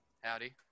Howdy